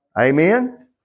Amen